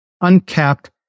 uncapped